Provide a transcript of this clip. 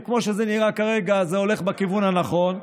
וכמו שזה נראה כרגע זה הולך בכיוון הנכון,